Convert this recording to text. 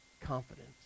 confidence